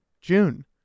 June